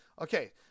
okay